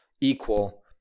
equal